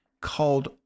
called